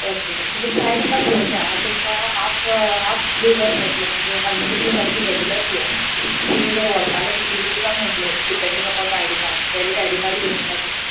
okay so तुमचे ID card घेवन या तुमकां हाफ हाफ विवर मेळटलो म्हणजे हंड्रेज रुपीज आमची रेगुलर फी आसा तुमी जर व्हरता जाल्यार फिफ्टी रुपीजांक मेळटले depending upon the ID card valid ID card घेवन येवपाचे